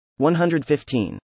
115